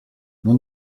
non